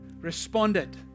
responded